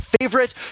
favorite